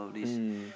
mm